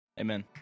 Amen